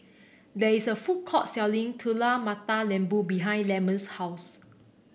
there is a food court selling Telur Mata Lembu behind Lemon's house